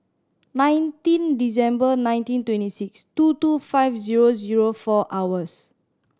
nineteen December nineteen twenty six two two five zero zero four hours